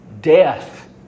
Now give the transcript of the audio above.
Death